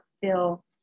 feel